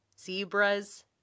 zebras